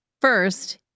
First